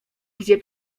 gdzie